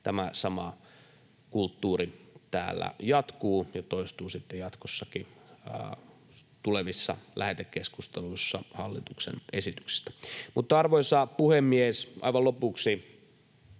tämä sama kulttuuri täällä jatkuu ja toistuu sitten jatkossakin tulevissa lähetekeskustelussa hallituksen esityksistä. Mutta, arvoisa puhemies, aivan lopuksi: